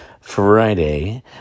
Friday